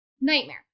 nightmare